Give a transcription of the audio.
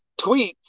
tweets